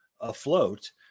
afloat